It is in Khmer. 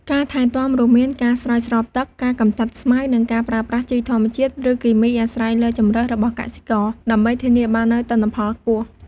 ការថែទាំរួមមានការស្រោចស្រពទឹក ការកម្ចាត់ស្មៅ និងការប្រើប្រាស់ជីធម្មជាតិ ឬគីមី អាស្រ័យលើជម្រើសរបស់កសិករ ដើម្បីធានាបាននូវទិន្នផលខ្ពស់។